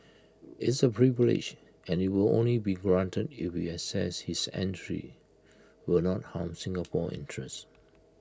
it's A privilege and IT will only be granted if we assess his entry will not harm Singapore's interest